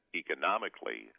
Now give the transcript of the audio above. economically